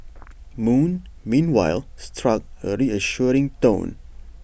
moon meanwhile struck A reassuring tone